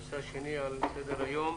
הנושא השני על סדר היום: